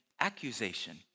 accusation